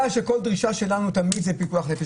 שכל דרישה שלנו תמיד זה פיקוח נפש,